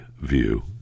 view